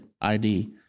ID